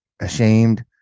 ashamed